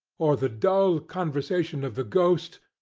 or the dull conversation of the ghost,